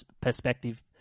perspective